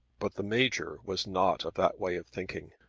but the major was not of that way of thinking.